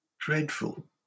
dreadful